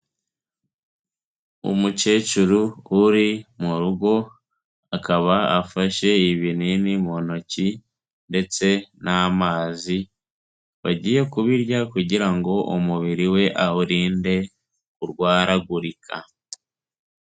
Umukecuru uri mu rugo, akaba afashe ibinini mu ntoki ndetse n'amazi, bagiye kubirya kugira ngo umubiri we awurinde kurwaragurika.